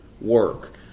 work